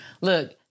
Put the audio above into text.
look